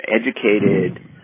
educated